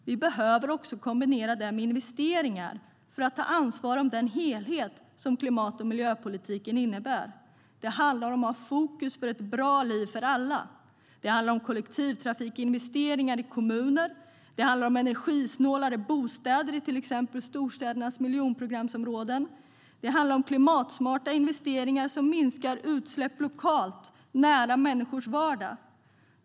Vi behöver också kombinera det med investeringar för att ta ansvar för den helhet som klimat och miljöpolitiken innebär. Det handlar om att ha fokus på ett bra liv för alla. Det handlar om kollektivtrafikinvesteringar i kommuner. Det handlar om energisnålare bostäder i till exempel storstädernas miljonprogramområden. Det handlar om klimatsmarta investeringar som minskar utsläpp lokalt, nära människors vardag.